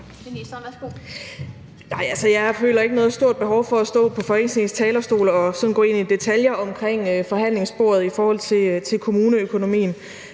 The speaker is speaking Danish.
jeg føler ikke noget stort behov for at stå på Folketingets talerstol og sådan gå ind i detaljer med hensyn til forhandlingsbordet i forhold til kommuneøkonomien.